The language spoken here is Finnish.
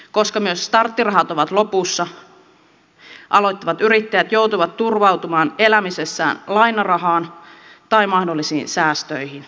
koska myös starttirahat ovat lopussa aloittavat yrittäjät joutuvat turvautumaan elämisessään lainarahaan tai mahdollisiin säästöihin